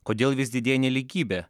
kodėl vis didėja nelygybė